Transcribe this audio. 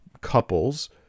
couples